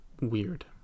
weird